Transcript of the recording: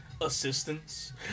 assistance